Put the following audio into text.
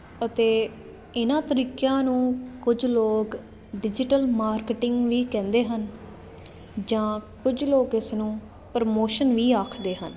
ਅਤੇ ਇਹਨਾਂ ਤਰੀਕਿਆਂ ਨੂੰ ਕੁਝ ਲੋਕ ਡਿਜੀਟਲ ਮਾਰਕੀਟਿੰਗ ਵੀ ਕਹਿੰਦੇ ਹਨ ਜਾਂ ਕੁਝ ਲੋਕ ਇਸ ਨੂੰ ਪ੍ਰਮੋਸ਼ਨ ਵੀ ਆਖਦੇ ਹਨ